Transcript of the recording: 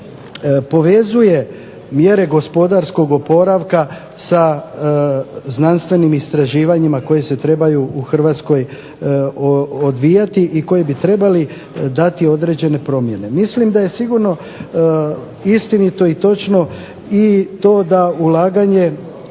povezuje mjere gospodarskog oporavka sa znanstvenim istraživanjima koja se trebaju u Hrvatskoj odvijati i koji bi trebali dati određene promjene. Mislim da je sigurno istinito i točno i to da ulaganje